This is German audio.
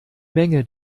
menge